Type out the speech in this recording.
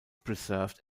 preserved